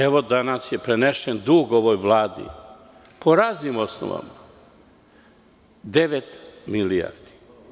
Evo, danas je prenešen dug ovoj vladi po raznim osnovama, devet milijardi.